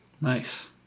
Nice